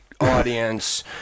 audience